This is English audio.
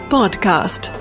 Podcast